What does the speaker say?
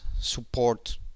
support